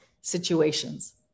situations